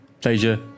pleasure